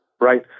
right